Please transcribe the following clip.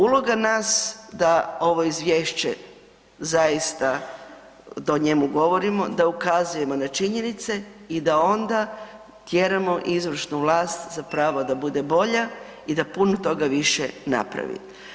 Uloga nas da ovo izvješće zaista, da o njemu govorimo, da ukazujemo na činjenice i da onda tjeramo izvršnu vlast zapravo da bude bolja i da puno više toga napravi.